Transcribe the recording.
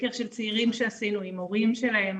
סקר של צעירים שעישנו עם ההורים שלהם